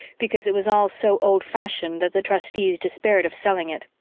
because it was all so old-fashioned that the trustees despaired of selling it.